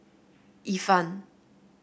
Ifan